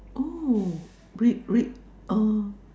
oh we we uh